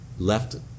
Left